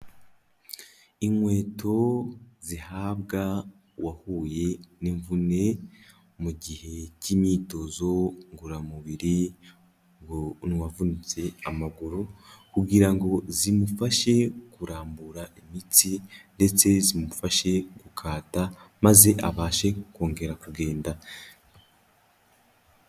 Inkweto zihabwa uwahuye n'imvune mu gihe cy'imyitozo ngororamubiri ku muntu wavunitse amaguru kugira ngo zimufashe kurambura imitsi ndetse zimufashe gukata, maze abashe kongera kugenda.